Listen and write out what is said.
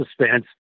suspense